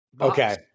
Okay